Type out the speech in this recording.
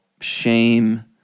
shame